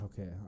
okay